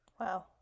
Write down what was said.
Wow